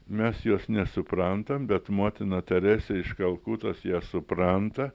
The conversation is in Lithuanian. mes jos nesuprantam bet motina teresė iš kalkutos ją supranta